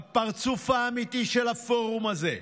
הפרצוף האמיתי של הפורום הזה.